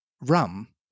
rum